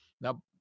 Now